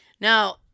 Now